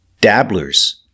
Dabblers